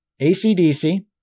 ACDC